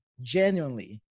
genuinely